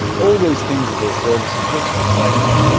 all these things and their services let's just say no.